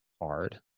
hard